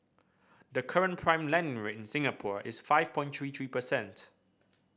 the current prime lending rate in Singapore is five point three three percent